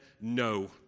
no